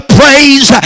praise